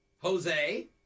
Jose